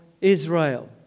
Israel